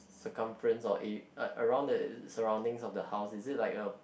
circumference or a around the surroundings of the house is it like a